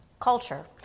culture